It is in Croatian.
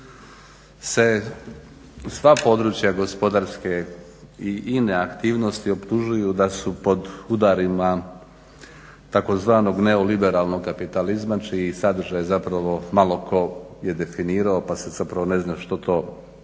se sva područja gospodarske i ine aktivnosti optužuju da su pod udarima tzv. "neoliberalnog kapitalizma" čiji sadržaj zapravo malo tko je definirao pa se zapravo ne zna što to znači